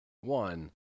One